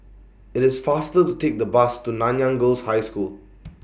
IT IS faster to Take The Bus to Nanyang Girls' High School